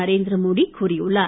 நரேந்திரமோடி கூறியுள்ளார்